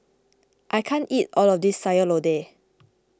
I can't eat all of this Sayur Lodeh